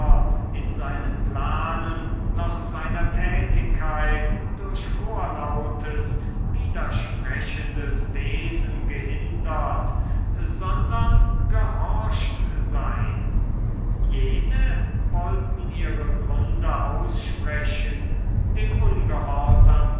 in seinen planen noch seiner tätigkeit durch vorlautes widersprechendes wesen gehindert sondern gehorcht sein diese wollen ihre gründe aussprechen den